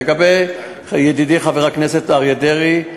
לגבי ידידי חבר הכנסת אריה דרעי,